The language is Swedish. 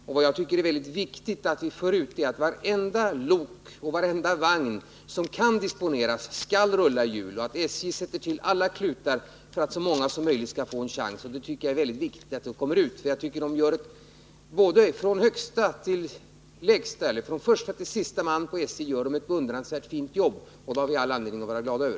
Jag vill understryka att det är mycket viktigt att vartenda disponibelt lok och varenda tillgänglig vagn kan tas i anspråk i jul liksom att SJ sätter till alla klutar för att så många som möjligt skall få en chans att utnyttja dess tjänster. Jag tycker att det är viktigt att framhålla detta, eftersom SJ:s personal, från den högste till den lägste, gör ett beundransvärt jobb, något som vi har all anledning att vara glada över.